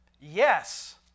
Yes